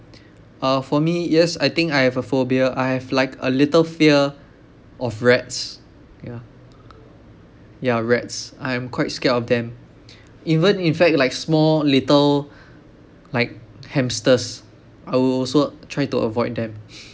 uh for me yes I think I have a phobia I have like a little fear of rats ya ya rats I'm quite scared of them even in fact like small little like hamsters I will also try to avoid them